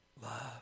love